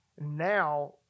Now